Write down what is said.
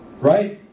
right